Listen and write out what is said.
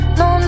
no